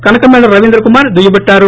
కనకమేడల రవీంద్ర కుమార్ దుయ్యబట్టారు